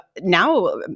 now